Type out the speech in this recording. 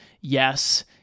Yes